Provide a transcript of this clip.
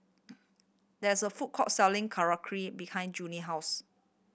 there's a food court selling Korokke behind Junie house